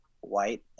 white